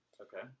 Okay